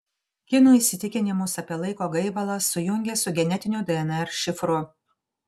kinų įsitikinimus apie laiko gaivalą sujungė su genetiniu dnr šifru